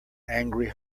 angry